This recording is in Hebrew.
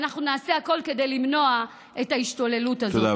ואנחנו נעשה הכול כדי למנוע את ההשתוללות הזאת.